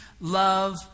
love